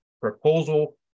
proposal